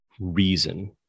reason